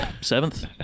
seventh